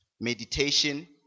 meditation